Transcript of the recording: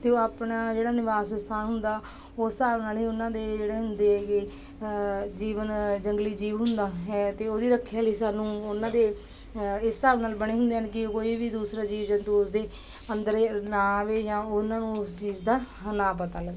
ਅਤੇ ਉਹ ਆਪਣਾ ਜਿਹੜਾ ਨਿਵਾਸ ਸਥਾਨ ਹੁੰਦਾ ਉਸ ਹਿਸਾਬ ਨਾਲ ਉਹਨਾਂ ਦੇ ਜਿਹੜੇ ਹੁੰਦੇ ਹੈਗੇ ਜੀਵਨ ਜੰਗਲੀ ਜੀਵ ਹੁੰਦਾ ਹੈ ਅਤੇ ਉਹਦੀ ਰੱਖਿਆ ਲਈ ਸਾਨੂੰ ਉਹਨਾਂ ਦੇ ਇਸ ਹਿਸਾਬ ਨਾਲ ਬਣੇ ਹੁੰਦੇ ਹਨ ਕਿ ਕੋਈ ਵੀ ਦੂਸਰਾ ਜੀਵ ਜੰਤੂ ਉਸਦੇ ਅੰਦਰ ਨਾ ਆਵੇ ਜਾਂ ਉਹਨਾਂ ਨੂੰ ਉਸ ਚੀਜ਼ ਦਾ ਨਾ ਪਤਾ ਲੱਗੇ